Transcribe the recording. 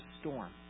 storm